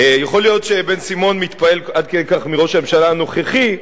יכול להיות שבן-סימון מתפעל עד כדי כך מראש הממשלה הנוכחי,